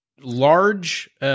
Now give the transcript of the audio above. Large